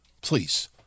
Please